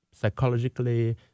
psychologically